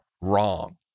wrong